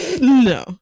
No